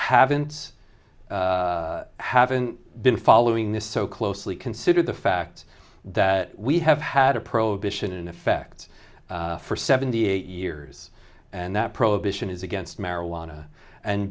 haven't haven't been following this so closely consider the fact that we have had a prohibition in effect for seventy eight years and that prohibition is against marijuana and